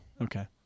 Okay